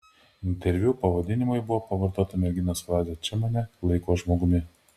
interviu pavadinimui buvo pavartota merginos frazė čia mane laiko žmogumi